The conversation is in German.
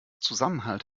zusammenhalt